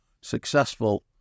successful